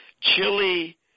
Chili